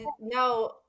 No